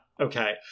Okay